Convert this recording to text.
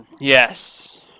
Yes